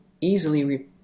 easily